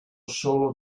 solo